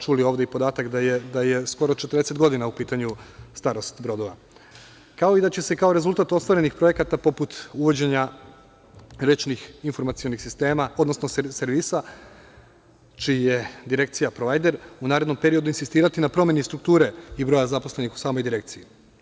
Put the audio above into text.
Čuli smo ovde podatak da je skoro 40 godina u pitanju starost brodova, kao i da će se kao rezultat ostvarenih projekata, poput uvođenja rečnih informacionih sistema, odnosno servisa, čiji je direkcija provajder, u narednom periodu insistirati na promeni strukture i broja zaposlenih u samoj direkciji.